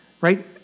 Right